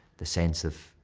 the sense of.